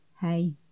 hey